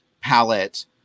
palette